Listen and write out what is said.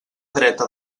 dreta